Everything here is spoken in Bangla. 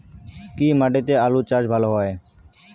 কি মাটিতে আলু চাষ ভালো হয়?